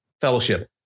fellowship